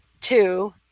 two